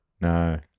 No